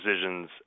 decisions